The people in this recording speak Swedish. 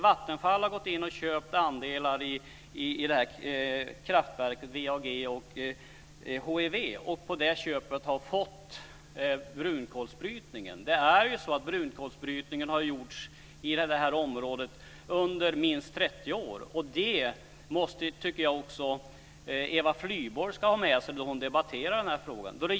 Vattenfall har gått in och köpt andelar i kraftverket VEAG och HEW och har i och med det köpet fått brunkolsbrytningen. Brunkolsbrytning har ju gjorts i detta område under minst 30 år. Det tycker jag att även Eva Flyborg ska ha med sig när hon debatterar denna fråga.